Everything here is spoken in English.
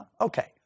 Okay